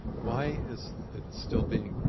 why is it still being